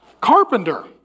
Carpenter